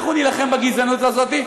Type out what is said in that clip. אנחנו נילחם בגזענות הזאת.